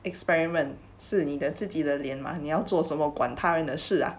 experiment 是你的自己的脸吗你要做什么管他人的事啊